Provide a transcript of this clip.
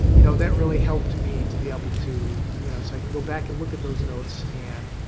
you know, that really helped me to be able to. you know, so i can go back and look at those notes and,